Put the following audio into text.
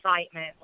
excitement